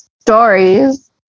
stories